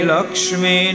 Lakshmi